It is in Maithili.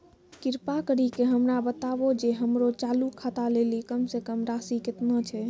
कृपा करि के हमरा बताबो जे हमरो चालू खाता लेली कम से कम राशि केतना छै?